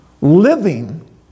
living